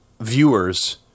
viewers